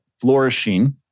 flourishing